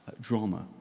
drama